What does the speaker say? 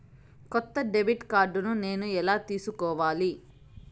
కొత్త debit card నేను ఎలా తీసుకోవాలి?